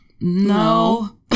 No